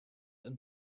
and